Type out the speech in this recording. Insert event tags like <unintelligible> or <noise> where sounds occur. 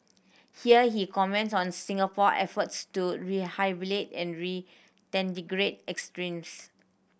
here he comments on Singapore efforts to rehabilitate and <unintelligible> extremists